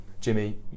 Jimmy